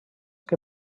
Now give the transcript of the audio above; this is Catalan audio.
que